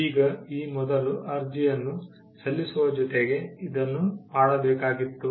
ಈಗ ಈ ಮೊದಲು ಅರ್ಜಿಯನ್ನು ಸಲ್ಲಿಸುವ ಜೊತೆಗೆ ಇದನ್ನು ಮಾಡಬೇಕಾಗಿತ್ತು